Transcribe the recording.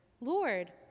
lord